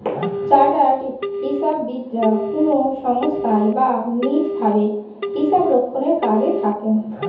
chartered হিসাববিদরা কোনো সংস্থায় বা নিজ ভাবে হিসাবরক্ষণের কাজে থাকেন